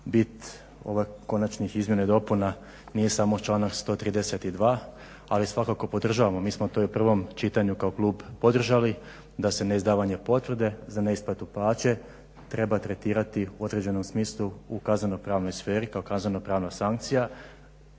Bit ovih konačnih izmjena i dopuna nije smo članak 132.ali svakako podržavamo. Mi smo to i u prvom čitanju kao klub podržali da se neizdavanje potvrde za neisplatu plaće treba tretirati u određenom smislu u kaznenopravnoj sferi kao kaznenopravna sankcija